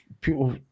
people